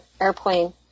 airplane